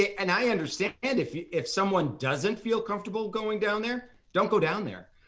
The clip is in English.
and i understand, and if if someone doesn't feel comfortable going down there, don't go down there.